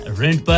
rent